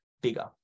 bigger